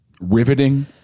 riveting